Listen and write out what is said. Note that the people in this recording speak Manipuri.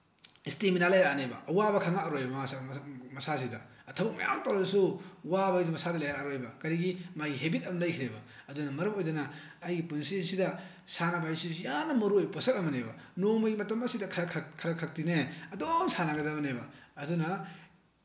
ꯏꯁꯇꯦꯃꯤꯅꯥ ꯂꯩꯔꯛꯑꯅꯦꯕ ꯑꯋꯥꯕ ꯈꯪꯉꯛꯑꯔꯣꯏꯕ ꯃꯥꯁꯦ ꯃꯁꯥꯁꯤꯗ ꯊꯕꯛ ꯃꯌꯥꯝ ꯑꯃ ꯇꯧꯔꯁꯨ ꯋꯥꯕ ꯍꯥꯏꯗꯨ ꯃꯁꯥꯗ ꯂꯩꯔꯛꯑꯔꯣꯏꯕ ꯀꯔꯤꯒꯤ ꯃꯥꯒꯤ ꯍꯦꯕꯤꯠ ꯑꯃ ꯂꯩꯈ꯭ꯔꯦꯕ ꯑꯗꯨꯅ ꯃꯔꯝ ꯑꯣꯏꯗꯨꯅ ꯑꯩꯒꯤ ꯄꯨꯟꯁꯤꯁꯤꯗ ꯁꯥꯟꯅꯕ ꯍꯥꯏꯁꯤꯁꯨ ꯌꯥꯝꯅ ꯃꯔꯨꯑꯣꯏꯕ ꯄꯣꯠꯁꯛ ꯑꯃꯅꯦꯕ ꯅꯣꯡꯃꯒꯤ ꯃꯇꯝ ꯑꯁꯤꯗ ꯈꯔꯈꯛ ꯈꯔꯈꯛꯇꯤꯅꯦ ꯑꯗꯨꯝ ꯁꯥꯟꯅꯒꯗꯕꯅꯦꯕ ꯑꯗꯨꯅ